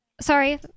Sorry